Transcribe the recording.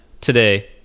Today